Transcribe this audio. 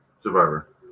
Survivor